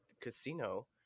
Casino